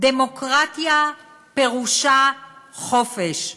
"דמוקרטיה פירושה חופש.